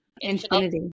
Infinity